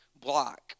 block